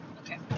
Okay